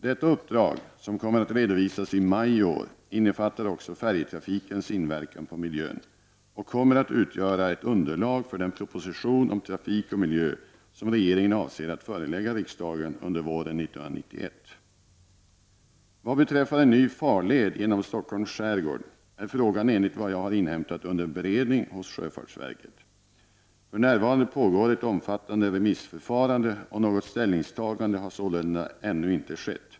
Detta uppdrag som kommer att redovisas i maj i år, innefattar också färjetrafikens inverkan på miljön och kommer att utgöra ett underlag för den proposition om trafik och miljö som regeringen avser att förelägga riksdagen under våren 1991. Vad beträffar frågan om en ny farled genom Stockholms skärgård är denna enligt vad jag har inhämtat under beredning hos sjöfartsverket. För närvarande pågår ett omfattande remissförfarande, och något ställningstagande har sålunda ännu inte skett.